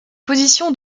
position